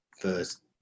first